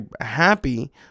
happy